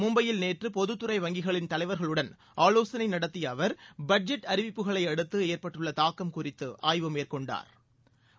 மும்பையில் நேற்று பொதுத்துறை வங்கிகளின் தலைவர்களுடன் ஆலோசனை நடத்திய அவர் பட்ஜெட் அறிவிப்புகளை அடுத்து ஏற்பட்டுள்ள தாக்கம் குறித்து ஆய்வு மேற்கொண்டாா்